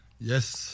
Yes